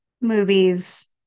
movies